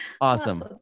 awesome